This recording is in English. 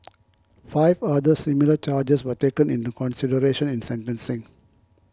five other similar charges were taken into consideration in sentencing